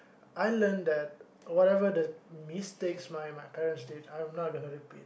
I learnt that whatever the mistakes my my parents did I am not gonna repeat